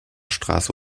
straße